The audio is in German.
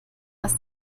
was